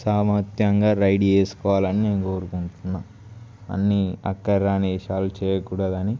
సామర్థ్యంగా ready చేసుకోవాలని నేను కోరుకుంటున్నాను అన్ని అక్కర రాని వేషాలు చేయకూడదని